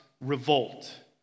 revolt